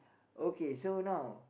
okay so now